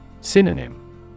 Synonym